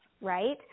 right